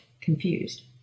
confused